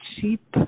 cheap